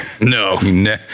no